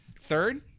third